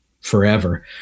forever